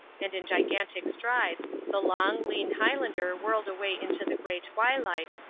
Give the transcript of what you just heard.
and in gigantic strides the long, lean highlander whirled away into the grey twilight,